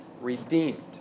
redeemed